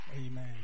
Amen